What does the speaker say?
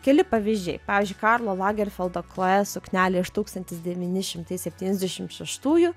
keli pavyzdžiai pavyzdžiui karlo lagerfeldo chloe suknelė iš tūkstantis devyni šimtai septyniasdešimt šeštųjų